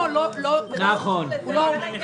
הלאה.